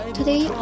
Today